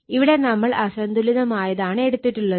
ഇവിടെ നമ്മൾ അസന്തുലിതമായതാണ് എടുത്തിട്ടുള്ളത്